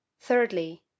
Thirdly